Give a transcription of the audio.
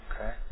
Okay